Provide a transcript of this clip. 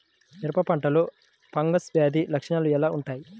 మిరప పంటలో ఫంగల్ వ్యాధి లక్షణాలు ఎలా వుంటాయి?